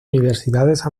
universidades